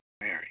Mary